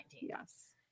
Yes